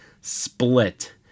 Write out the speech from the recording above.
split